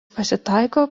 pasitaiko